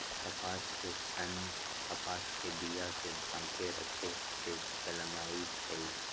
कपास के सन्न कपास के बिया के झाकेँ रक्खे से जलमइ छइ